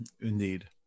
indeed